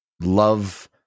love